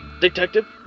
detective